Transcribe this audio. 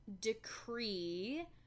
decree